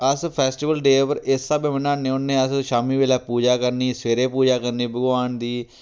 अस festival day उप्पर इस स्हाबे मनानें आं अस शामीं बेल्लै पूजा करनी सवेरे पूजा करनी भगवान दी